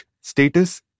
status